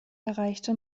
erreichte